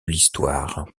l’histoire